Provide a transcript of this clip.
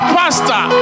pastor